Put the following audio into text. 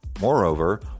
Moreover